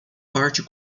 parte